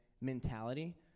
mentality